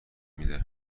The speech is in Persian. میده